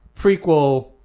prequel